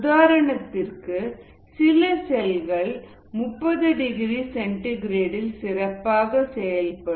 உதாரணத்திற்கு சில செல்கள் 30 டிகிரி சென்டிகிரேட்இல் சிறப்பாக செயல்படும்